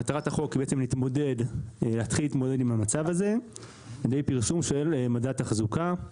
מטרת החוק היא להתחיל להתמודד עם המצב הזה על ידי פרסום של מדד תחזוקה.